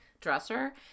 dresser